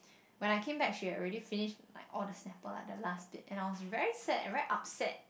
when I came back she had already finished like all the snapple like the last bit and I was very sad very upset